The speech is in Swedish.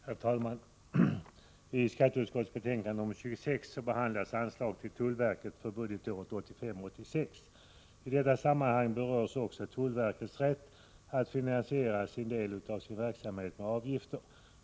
Herr talman! I skatteutskottets betänkande nr 26 behandlas anslag till tullverket för budgetåret 1985/86. I detta sammanhang berörs också tullverkets rätt att finansiera en del av sin verksamhet med avgifter.